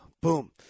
boom